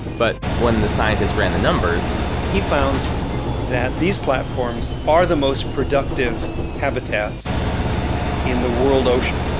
but when the scientist ran the numbers he found that these platforms are the most productive habitats in the world ocean,